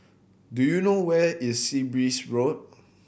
do you know where is Sea Breeze Road